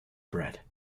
bread